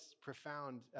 profound